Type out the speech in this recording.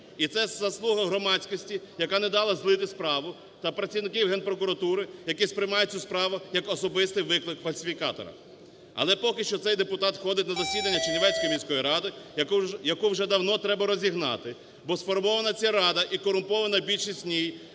І це заслуга громадськості, яка не дала злити справу та працівників Генпрокуратури, які сприймають цю справу як особистий виклик фальсифікатора. Але поки що цей депутат ходить на засідання Чернівецької міської ради, яку вже давно треба розігнати, бо сформована ця рада і корумпована більшість в ній,